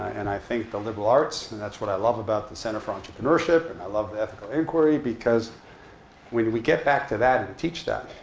and i think the liberal arts and that's what i love about the center for entrepreneurship, and i love the ethical inquiry. because when we get back to that, and teach that,